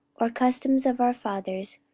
or customs of our fathers,